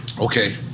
Okay